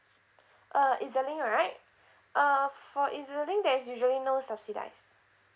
uh eselling right uh for eselling there is usually no subsidise